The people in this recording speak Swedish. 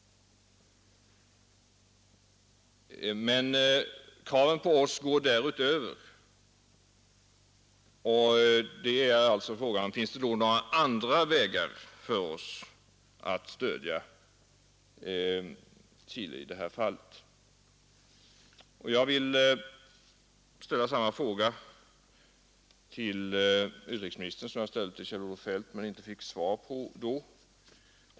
Men kravet på oss går därutöver. Frågan är då: Finns det några andra vägar för oss att stödja Chile? Jag vill ställa samma fråga till utrikesministern som jag ställde till Kjell-Olof Feldt men inte fick svar på.